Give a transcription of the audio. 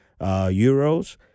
euros